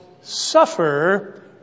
suffer